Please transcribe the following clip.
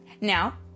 now